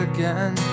Again